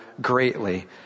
greatly